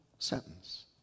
Sentence